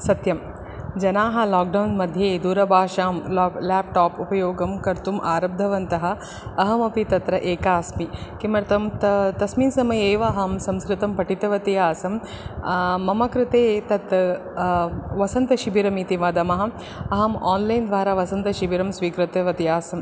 सत्यं जनाः लाक्डौन् मध्ये दूरभाषां ला लाप्टाप् उपयोगं कर्तुं आरब्धवन्तः अहमपि तत्र एका अस्मि किमर्थं त तस्मिन् समये एव अहं संस्कृतं पठितवती आसं मम कृते तत् वसन्तशिबिरमिति वदामः अहं आन्लैन् द्वारा वसन्तशिबिरं स्वीकृतवती आसं